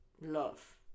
Love